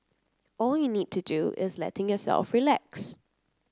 all you need to do is letting yourself relax